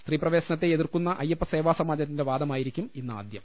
സ്ത്രീ പ്രവേശനത്തെ എതിർക്കുന്ന അയ്യപ്പസേവാസമാജത്തിന്റെ വാദമായിരിക്കും ഇന്നാ ദ്യം